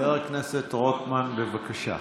חבר הכנסת רוטמן, בבקשה.